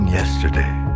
yesterday